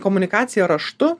komunikacija raštu